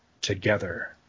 together